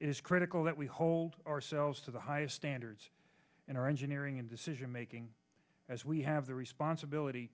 is critical that we hold ourselves to the highest standards in our engineering and decision making as we have the responsibility